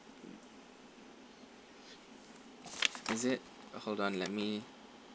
is it hold on let me